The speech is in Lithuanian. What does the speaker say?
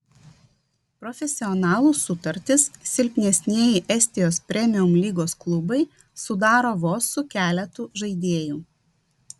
profesionalų sutartis silpnesnieji estijos premium lygos klubai sudaro vos su keletu žaidėjų